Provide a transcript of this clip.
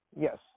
Yes